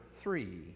three